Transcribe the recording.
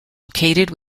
located